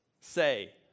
say